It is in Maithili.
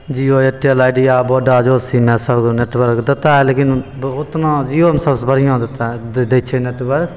जिओ एयरटेल आइडिया वोडा जो सिम है सबमे नेटवर्क देता है लेकिन ओतना जिओमे सबसे बढ़िआँ देता है दै छै नेटवर्क